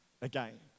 again